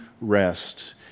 rest